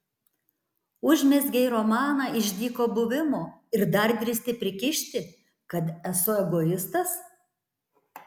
užmezgei romaną iš dyko buvimo ir dar drįsti prikišti kad esu egoistas